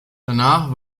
danach